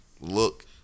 look